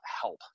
help